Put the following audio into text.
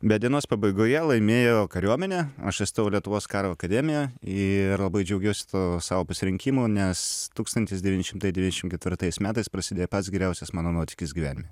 bet dienos pabaigoje laimėjo kariuomenė aš įstojau į lietuvos karo akademiją ir labai džiaugiuosi tuo savo pasirinkimo nes tūkstantis devyni šimtai devyniašim ketvirtais metais prasidėjo pats geriausias mano nuotykis gyvenime